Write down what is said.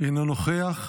אינו נוכח,